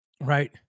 right